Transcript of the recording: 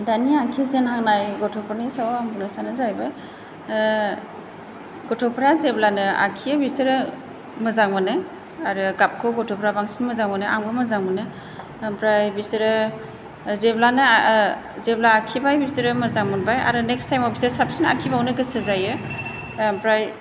दानिया आखिजेनहांनाय गथ'फोरनि सायाव आं बुंनो साननाया जाहैबाय गथ'फोरा जेब्लानो आखियो बिसोरो मोजां मोनो आरो गाबख' गथ'फोरा बांसिन मोजां मोनो आंबो मोजां मोनो ओमफ्राय बिसोरो जेब्लानो आखिबाय बिसोरो मोजां मोनबाय आरो नेक्स्ट टाइमाव बिसोरो साबसिन आखिबावनो गोसो जायो ओमफ्राय